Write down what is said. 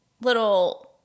little